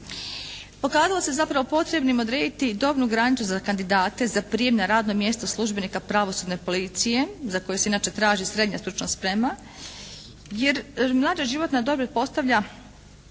pokazalo se zapravo potrebnim odrediti dobnu granicu za kandidate za prijem na radno mjesto službenika pravosudne policije, za koji se inače traži srednja stručna sprema jer mlađa životna dob pretpostavlja